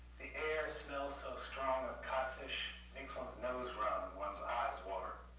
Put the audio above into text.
the air smells so strong of cod fish, makes one's nose run and one's eyes water.